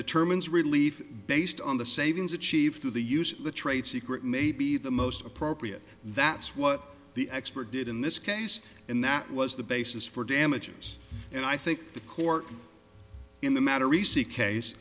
determines relief based on the savings achieved through the use of the trade secret may be the most appropriate that's what the expert did in this case and that was the basis for damages and i think the court in the matter received case